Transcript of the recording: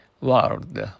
world